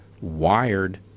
wired